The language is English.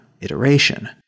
iteration